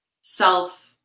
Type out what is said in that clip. self